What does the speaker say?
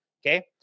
Okay